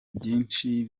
byinshi